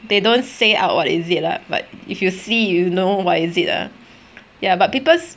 they don't say out what is it lah but if you see you know what is it lah ya but people's